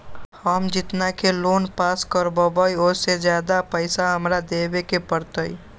हम जितना के लोन पास कर बाबई ओ से ज्यादा पैसा हमरा देवे के पड़तई?